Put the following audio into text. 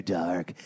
dark